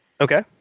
Okay